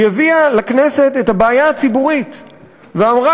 היא הביאה לכנסת את הבעיה הציבורית ואמרה: